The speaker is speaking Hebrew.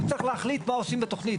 הוא צריך להחליט מה עושים בתוכנית.